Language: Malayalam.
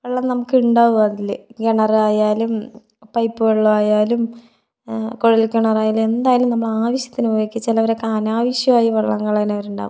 വെള്ളം നമുക്ക് ഉണ്ടാകും അതിൽ കിണറായാലും പൈപ്പ് വെള്ളമായാലും കുഴൽ കിണറായാലും എന്തായാലും നമ്മൾ ആവശ്യത്തിന് ഉപയോഗിക്കുക ചിലവരൊക്കെ അനാവശ്യമായി വെള്ളം കളയണവരുണ്ടാകും